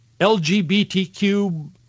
LGBTQ